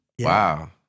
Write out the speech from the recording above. Wow